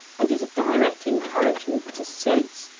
and is a direct encouragement to sloth,